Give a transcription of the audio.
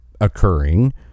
occurring